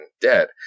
dead